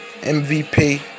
MVP